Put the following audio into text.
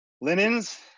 Linens